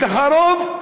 יש לך רוב,